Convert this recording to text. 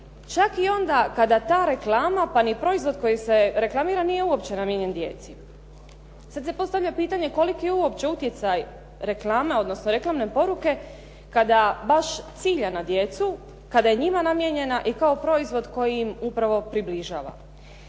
čak i onda kada ta reklama, pa ni proizvod koji se reklamira nije uopće namijenjen djeci. Sad se postavlja pitanje koliki je uopće utjecaj reklama, odnosno reklamne poruke kada baš cilja na djecu, kada je njima namijenjena i kao proizvod koji im upravo približava?